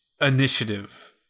initiative